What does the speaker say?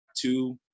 two